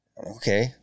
okay